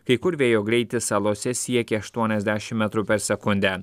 kai kur vėjo greitis salose siekė aštuoniasdešim metrų per sekundę